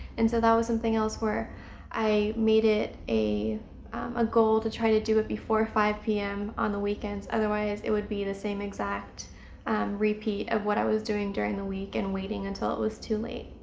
and so that was something else where i made it a ah goal to try to do it before five pm on the weekends otherwise it would be the same exact repeat of what i was doing during the week and waiting until it was too late.